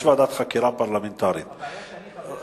יש ועדת חקירה פרלמנטרית, הבעיה שאני חבר שם,